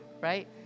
right